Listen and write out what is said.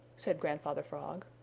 said grandfather frog.